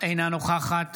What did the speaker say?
אינה נוכחת